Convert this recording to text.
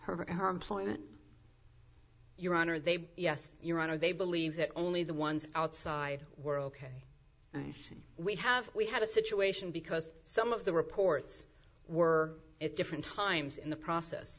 her her employment your honor they yes your honor they believe that only the ones outside world we have we had a situation because some of the reports were at different times in the process